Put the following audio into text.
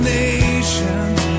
nations